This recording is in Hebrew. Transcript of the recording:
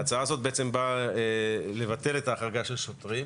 ההצעה הזאת באה לבטל את ההחרגה של שוטרים